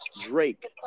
Drake